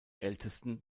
ältesten